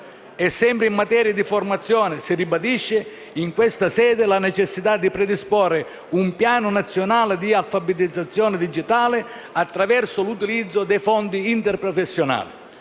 Sempre in materia di formazione, si ribadisce in questa sede la necessità di predisporre un piano nazionale di alfabetizzazione digitale, attraverso l'utilizzo dei fondi interprofessionali.